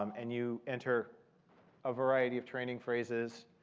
um and you enter a variety of training phrases.